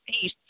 peace